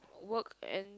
work and